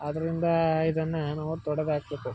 ಆದ್ದರಿಂದ ಇದನ್ನು ನಾವು ತೊಡೆದು ಹಾಕ್ಬೇಕು